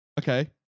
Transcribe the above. Okay